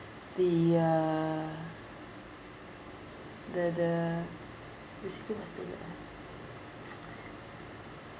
the uh the the what's the word ah